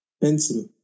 Pencil